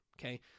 okay